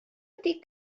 ydy